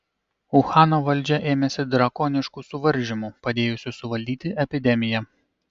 uhano valdžia ėmėsi drakoniškų suvaržymų padėjusių suvaldyti epidemiją